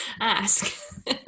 ask